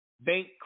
Bank